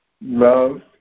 Love